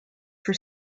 for